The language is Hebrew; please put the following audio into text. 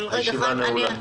הישיבה נעולה.